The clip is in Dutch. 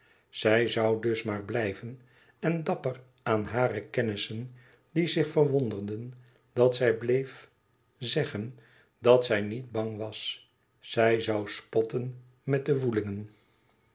zij zoû dus maar blijven en dapper aan hare kennissen die zich verwonderden dat zij bleef zeggen dat zij niet bang was zij zoû spotten met de